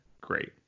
Great